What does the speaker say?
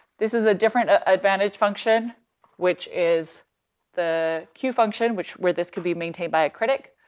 this is a different ah advantage function which is the q function which where this could be maintained by a critic,